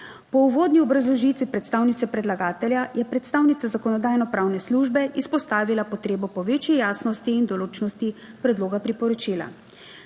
Po uvodni obrazložitvi predstavnice predlagatelja je predstavnica Zakonodajno-pravne službe izpostavila potrebo po večji jasnosti in določnosti predloga priporočila.